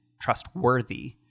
trustworthy